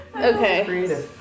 Okay